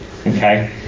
Okay